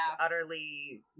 utterly